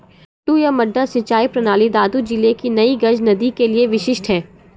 मद्दू या मड्डा सिंचाई प्रणाली दादू जिले की नई गज नदी के लिए विशिष्ट है